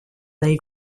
dei